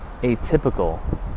atypical